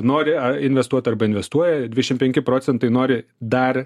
nori investuot arba investuoja dvidešim penki procentai nori dar